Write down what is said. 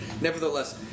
nevertheless